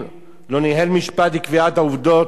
אני אף פעם לא אפריע לך כי אתה כל כך לא משעמם כשאתה מדבר,